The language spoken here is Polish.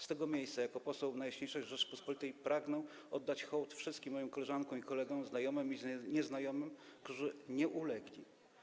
Z tego miejsca jako poseł Najjaśniejszej Rzeczypospolitej pragnę oddać hołd wszystkim moim koleżankom i kolegom, znajomym i nieznajomym, którzy nie ulegli.